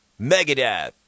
Megadeth